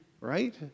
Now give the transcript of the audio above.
right